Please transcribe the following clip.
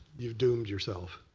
you doomed yourself.